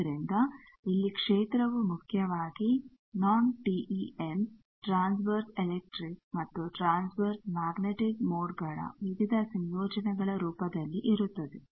ಆದ್ದರಿಂದ ಇಲ್ಲಿ ಕ್ಷೇತ್ರವು ಮುಖ್ಯವಾಗಿ ನೋನ್ ಟಿಈಎಮ್ ಟ್ರಾನ್ಸ್ವೆರ್ಸ್ ಎಲೆಕ್ಟ್ರಿಕ್ ಮತ್ತು ಟ್ರಾನ್ಸ್ವೆರ್ಸ್ ಮ್ಯಾಗ್ನೆಟಿಕ್ ಮೋಡ್ಗಳ ವಿವಿಧ ಸಂಯೋಜನೆಗಳ ರೂಪದಲ್ಲಿ ಇರುತ್ತದೆ